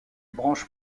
branches